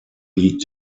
liegt